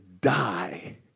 die